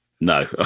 No